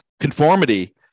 Conformity